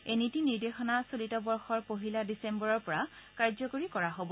এই নীতি নিৰ্দেশনা চলিত বৰ্ষৰ পহিলা ডিচেম্বৰৰ পৰা কাৰ্যকৰী কৰা হব